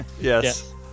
Yes